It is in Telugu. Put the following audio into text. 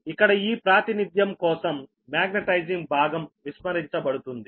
ఇక్కడ ఈ ప్రాతినిధ్యం కోసం మాగ్నెటైజింగ్ భాగం విస్మరించబడుతుంది